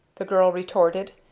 the girl retorted,